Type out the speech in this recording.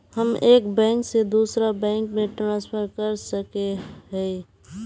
हम एक बैंक से दूसरा बैंक में ट्रांसफर कर सके हिये?